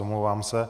Omlouvám se.